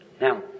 Now